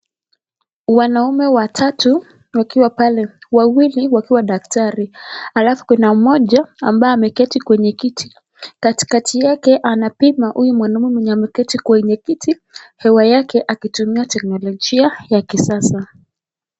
Wanaume watatu wakiwa pale. Wawili wakiwa daktari. Alafu kuna mmoja ambaye ameketi kwenye kiti. Katikati yake anapima huyu mwanaume mwenye ameketi kwenye kiti hewa yake akitumia teknolojia ya kisasa.